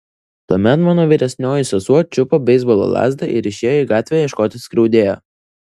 tuomet mano vyresnioji sesuo čiupo beisbolo lazdą ir išėjo į gatvę ieškoti skriaudėjo